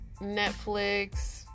Netflix